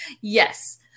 Yes